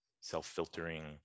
self-filtering